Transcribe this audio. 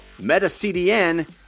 MetaCDN